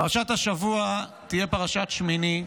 פרשת השבוע תהיה פרשת שמיני,